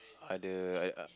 other uh uh